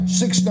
six